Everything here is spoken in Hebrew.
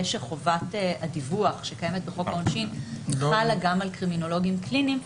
שחובת הדיווח שקיימת בחוק העונשין חלה גם על קרימינולוגים קליניים,